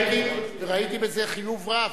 וראיתי בזה חיוב רב,